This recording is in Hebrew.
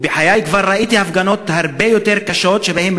ובחיי כבר ראיתי הפגנות הרבה יותר קשות שבהן